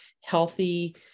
healthy